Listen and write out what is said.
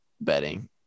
betting